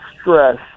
stress